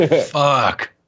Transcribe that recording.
Fuck